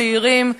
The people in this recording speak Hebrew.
צעירים,